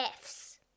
Fs